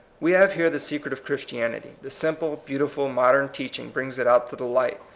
we have here the secret of christian ity. the simple, beautiful modem teach ing brings it out to the light,